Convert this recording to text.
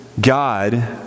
God